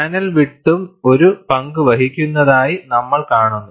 panel വിഡ്ത്തും ഒരു പങ്കുവഹിക്കുന്നതായി നമ്മൾ കാണുന്നു